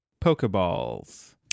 Pokeballs